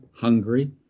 Hungary